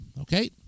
Okay